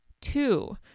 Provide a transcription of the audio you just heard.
Two